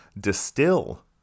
distill